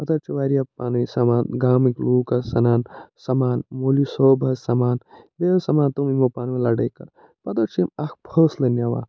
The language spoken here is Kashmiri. پتہٕ حظ چھِ واریاہ پانہٕ وٲنۍ سمان گامٕکۍ لوٗکھ حظ سَنان سَمان مولوی صوب حظ سَمان بیٚیہِ حظ سَمان تٔم یِمَو پانہٕ وٲنۍ لڑٲے کٔر پتہٕ حظ چھِ یِم اَکھ فٲصلہٕ نِوان